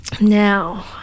Now